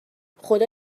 خدا